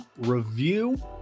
review